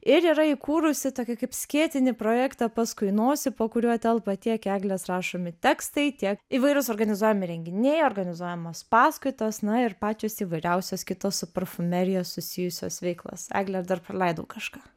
ir yra įkūrusi tokį kaip skėtinį projektą paskui nosį po kuriuo telpa tiek eglės rašomi tekstai tiek įvairūs organizuojami renginiai organizuojamos paskaitos na ir pačios įvairiausios kitos su parfumerija susijusios veiklos egle ar dar praleidau kažką